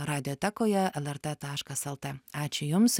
radijotekoje lrt taškas lt ačiū jums